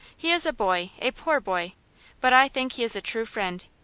he is a boy, a poor boy but i think he is a true friend.